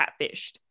catfished